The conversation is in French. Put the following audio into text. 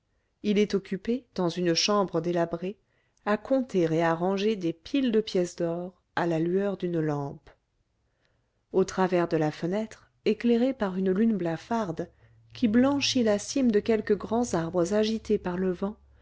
il est occupé dans une chambre délabrée à compter et à ranger des piles de pièces d'or à la lueur d'une lampe au travers de la fenêtre éclairée par une lune blafarde qui blanchit la cime de quelques grands arbres agités par le vent